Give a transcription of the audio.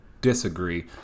disagree